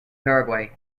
paraguay